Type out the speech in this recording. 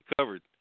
covered